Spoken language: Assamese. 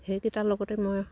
সেইকেইটাৰ লগতে মই